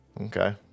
Okay